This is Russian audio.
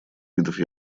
видов